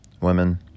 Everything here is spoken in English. women